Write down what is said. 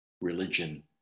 religion